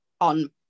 on